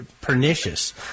pernicious